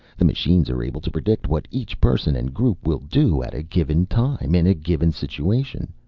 the machines are able to predict what each person and group will do at a given time, in a given situation.